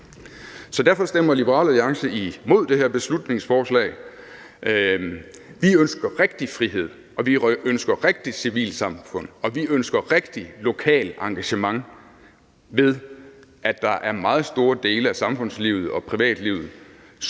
Så derfor stemmer Liberal Alliance imod det her beslutningsforslag. Vi ønsker rigtig frihed, og vi ønsker rigtigt civilsamfund, og vi ønsker rigtig lokalt engagement, ved at der er meget store dele af samfundslivet og privatlivet,